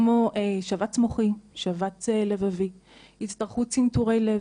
כמו שבץ מוחי, שבץ לבבי, הצטרכות צנתורי לב,